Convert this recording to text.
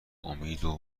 امیدم